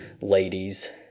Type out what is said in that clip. ladies